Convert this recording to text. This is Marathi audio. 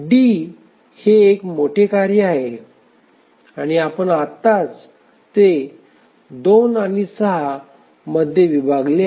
D हे एक मोठे कार्य आहे आणि आपण आत्ताच ते 2 आणि 6 मध्ये विभागले आहे